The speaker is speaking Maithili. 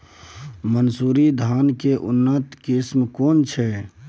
मानसुरी धान के उन्नत किस्म केना छै?